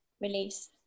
release